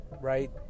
right